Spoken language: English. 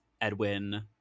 Edwin